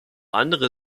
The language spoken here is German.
anderen